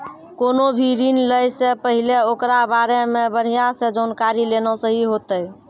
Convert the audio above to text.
कोनो भी ऋण लै से पहिले ओकरा बारे मे बढ़िया से जानकारी लेना सही होतै